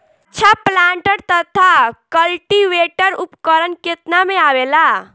अच्छा प्लांटर तथा क्लटीवेटर उपकरण केतना में आवेला?